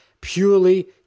purely